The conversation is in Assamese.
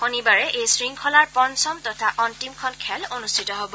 শনিবাৰে এই শৃংখলাৰ পঞ্চম তথা অন্তিমখন খেল অনুষ্ঠিত হ'ব